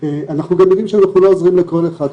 אנחנו גם יודעים שאנחנו לא עוזרים לכל אחד.